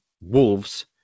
Wolves